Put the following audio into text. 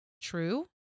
true